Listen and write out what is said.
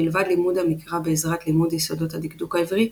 מלבד לימוד המקרא בעזרת לימוד יסודות הדקדוק העברי,